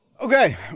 Okay